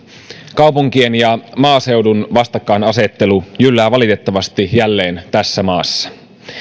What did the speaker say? kaupunkien ja maaseudun vastakkainasettelu jyllää valitettavasti jälleen tässä maassa